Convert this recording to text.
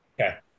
Okay